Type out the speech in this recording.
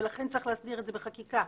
ולכן צריך להסדיר את זה בחקיקה.